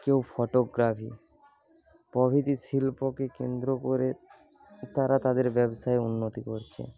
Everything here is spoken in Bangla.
কেউ ফটোগ্রাফি প্রভৃতি শিল্প কে কেন্দ্র করে তারা তাঁদের ব্যাবসায় উন্নতি করছে